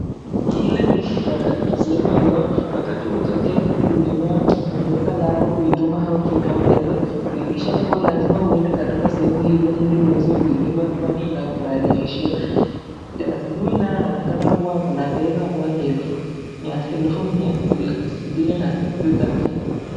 Hili ni sehemu ambao wakati utokea kutumia mpesa lako au kuitumia kutoa pesa inadhirisha kuwa lazima uende katika sehemu hii ili uweze kuilipa kwani inakurahizishia kazi, huyu naye anaonekana kuwa kuna pesa ambazo ni ya elfu mia sitini na sita.